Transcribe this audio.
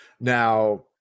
Now